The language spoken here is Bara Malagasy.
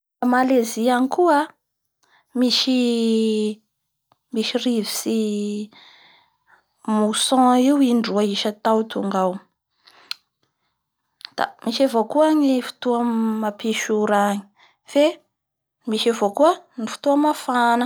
Gna Malesie agny koa a misy rivotsy Mousson io indroa isatao tonga ao. Da misy avao koa ny fotoa mampisy ora agny. Fe misy avao koa ny fotoa mafana.